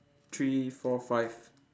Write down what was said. three four five